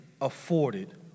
afforded